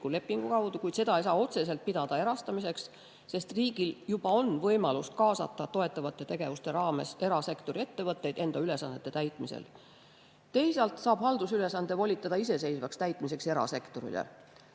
lepingu alusel, kuid seda ei saa otseselt pidada erastamiseks, sest riigil juba on võimalus kaasata toetavate tegevuste raames erasektori ettevõtteid enda ülesannete täitmiseks. Teisalt saab haldusülesannet volitada iseseisvalt täitma erasektorit.